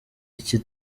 iki